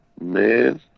man